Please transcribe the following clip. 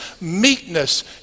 meekness